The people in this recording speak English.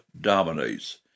dominates